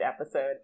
episode